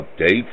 Update